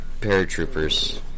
paratroopers